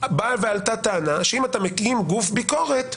עלתה טענה שאם אתה מקים גוף ביקורת,